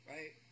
Right